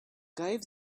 gave